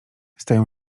stają